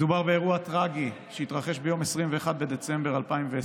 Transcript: מדובר באירוע טרגי שהתרחש ביום 21 בדצמבר 2020,